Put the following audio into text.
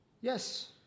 Yes